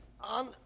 on